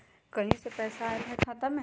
कहीं से पैसा आएल हैं खाता में?